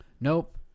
Nope